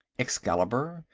excalibur,